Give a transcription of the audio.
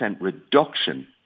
reduction